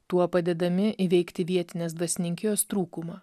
tuo padėdami įveikti vietinės dvasininkijos trūkumą